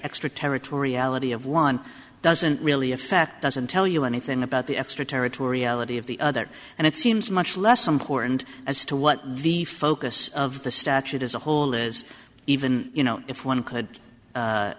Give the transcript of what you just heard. extraterritoriality of one doesn't really affect doesn't tell you anything about the extraterritoriality of the other and it seems much less important as to what the focus of the statute as a whole is even you know if one could